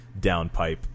downpipe